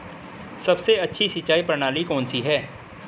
सबसे अच्छी सिंचाई प्रणाली कौन सी है?